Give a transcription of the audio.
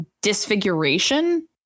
disfiguration